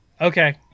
Okay